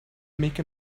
make